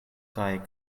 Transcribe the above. kaj